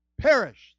perished